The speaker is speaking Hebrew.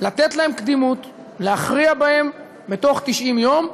לתת להם קדימות, להכריע בהם בתוך 90 יום,